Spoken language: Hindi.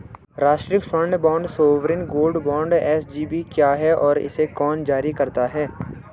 राष्ट्रिक स्वर्ण bond sovereign gold bond SGB क्या है और इसे कौन जारी करता है?